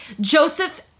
Joseph